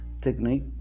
technique